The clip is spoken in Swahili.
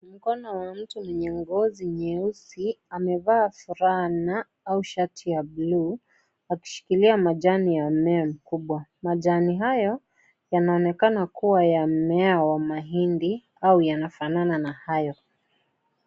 Mkono wa mtu mwenye ngozi nyeusi, amevaa fulana au shati ya blue , akishikilia majani ya mmea mkubwa, majani hayo yanaonekana kuwa ya mmea wa mahindi au yanafanana na hayo.